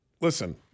listen